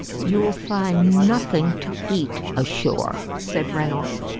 you'll find nothing to eat ashore, said reynolds.